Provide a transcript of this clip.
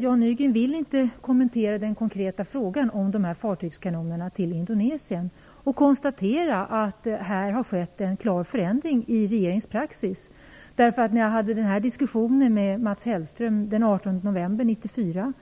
Jan Nygren vill inte kommentera den konkreta frågan om fartygskanonerna till Indonesien och konstatera att det har skett en klar förändring av regeringens praxis. När jag hade motsvarande diskussion med Mats Hellström den 18 november 1994